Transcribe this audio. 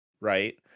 right